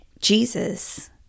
Jesus